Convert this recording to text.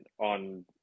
on